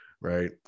right